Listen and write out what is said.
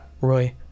Roy